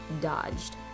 dodged